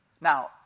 Now